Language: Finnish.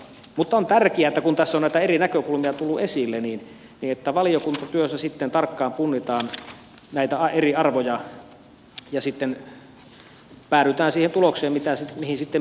mutta on tärkeää kun tässä on näitä eri näkökulmia tullut esille että valiokuntatyössä sitten tarkkaan punnitaan näitä eri arvoja ja sitten päädytään siihen tulokseen mihin sitten päädytäänkin